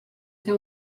ser